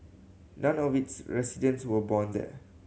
none of its residents were born there